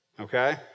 Okay